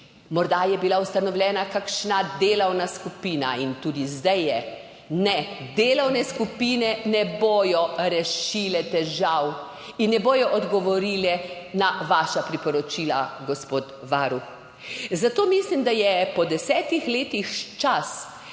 Morda je bila ustanovljena kakšna delovna skupina in tudi zdaj je – ne, delovne skupine ne bodo rešile težav in ne bodo odgovorile na vaša priporočila, gospod varuh. Zato mislim, da je po 10 letih čas,